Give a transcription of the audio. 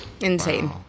Insane